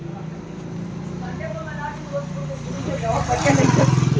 cocoa ಮರಗಳ ಸಂರಕ್ಷಣೆ ರೈತರಿಗೆ ತುಂಬಾ ಕಷ್ಟ ಕರವಾಗಿದೆ